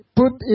put